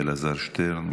אלעזר שטרן,